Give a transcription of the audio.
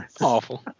Awful